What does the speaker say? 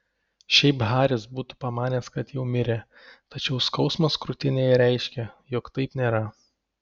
šiaip haris būtų pamanęs kad jau mirė tačiau skausmas krūtinėje reiškė jog taip nėra